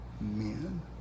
men